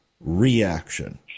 reaction